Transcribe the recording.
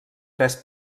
tres